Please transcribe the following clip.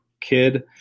kid